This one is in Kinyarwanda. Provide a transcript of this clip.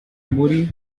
muri